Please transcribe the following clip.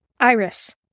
Iris